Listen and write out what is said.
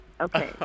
Okay